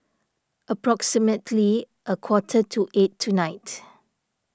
approximately a quarter to eight tonight